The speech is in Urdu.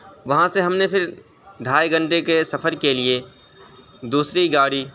وہاں سے ہم نے پھر ڈھائی گھنٹے کے سفر کے لیے دوسری گاڑی